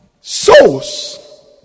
souls